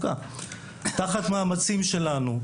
זאת תחת מאמצים שלנו,